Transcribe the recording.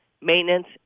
maintenance